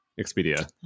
Expedia